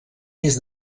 més